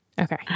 Okay